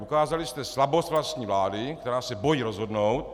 Ukázali jste slabost vlastní vlády, která se bojí rozhodnout.